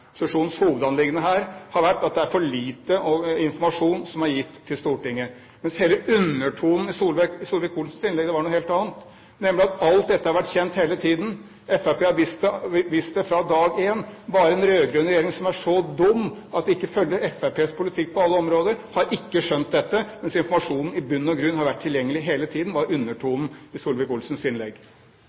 hovedanliggende har vært at det er for lite informasjon som er gitt til Stortinget. Men hele undertonen i Solvik-Olsens innlegg var noe helt annet, nemlig at alt dette har vært kjent hele tiden. Fremskrittspartiet har visst det fra dag én, bare en rød-grønn regjering, som er så dum at den ikke følger Fremskrittspartiets politikk på alle områder, har ikke skjønt dette – mens informasjonen i bunn og grunn har vært tilgjengelig hele tiden. Det var undertonen i Solvik-Olsens innlegg.